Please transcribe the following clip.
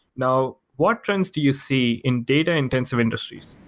now, what trends do you see in data-intensive industries?